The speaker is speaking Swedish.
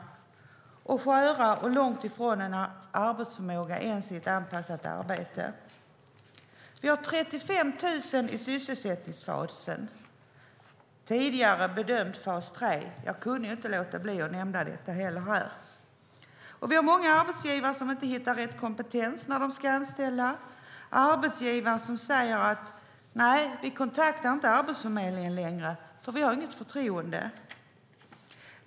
De är sköra, och de har långt ifrån någon arbetsförmåga ens till ett anpassat arbete. Vi har 35 000 i sysselsättningsfasen - tidigare bedömd fas 3. Jag kunde inte låta bli att nämna detta här. Vi har många arbetsgivare som inte hittar rätt kompetens när de ska anställa. Det finns arbetsgivare som säger: Nej, vi kontaktar inte Arbetsförmedlingen längre, för vi har inget förtroende för dem.